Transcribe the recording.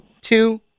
two